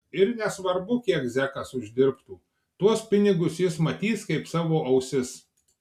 ir nesvarbu kiek zekas uždirbtų tuos pinigus jis matys kaip savo ausis